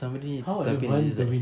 somebody is stopping disease like